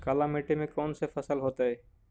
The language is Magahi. काला मिट्टी में कौन से फसल होतै?